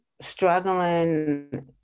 struggling